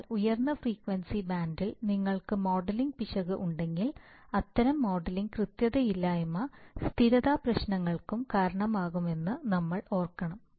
അതിനാൽ ഉയർന്ന ഫ്രീക്വൻസി ബാൻഡിൽ നിങ്ങൾക്ക് മോഡലിംഗ് പിശക് ഉണ്ടെങ്കിൽ അത്തരം മോഡലിംഗ് കൃത്യതയില്ലായ്മ സ്ഥിരത പ്രശ്നങ്ങൾക്കും കാരണമാകുമെന്ന് നമ്മൾ ഓർക്കണം